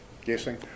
guessing